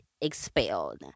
expelled